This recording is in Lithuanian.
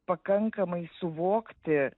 pakankamai suvokti